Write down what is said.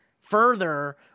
further